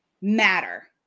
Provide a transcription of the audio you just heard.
matter